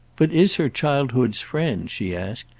but is her childhood's friend, she asked,